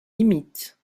limites